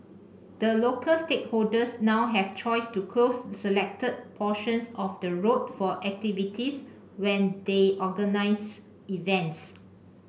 the local stakeholders now have the choice to close selected portions of the road for activities when they organise events